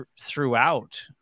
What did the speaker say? throughout